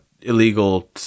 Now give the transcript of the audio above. illegal